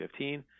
2015